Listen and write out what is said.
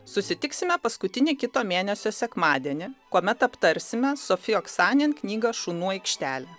susitiksime paskutinį kito mėnesio sekmadienį kuomet aptarsime sofy oksanin knygą šunų aikštelė